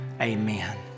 Amen